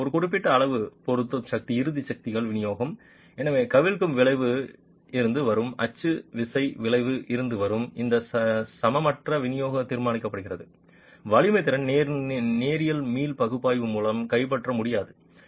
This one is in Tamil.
எனவே இந்த குறிப்பிட்ட அளவு பொறுத்து இறுதி சக்திகள் விநியோகம் எனவே கவிழ்க்கும் விளைவு இருந்து வரும் அச்சு விசை விளைவு இருந்து வரும் இந்த சமமற்ற விநியோகம் தீர்மானிக்கப்படுகிறது வலிமை திறன் நேரியல் மீள் பகுப்பாய்வு மூலம் கைப்பற்ற முடியாது